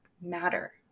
matter